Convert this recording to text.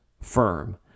firm